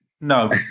no